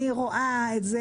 אני רואה את זה,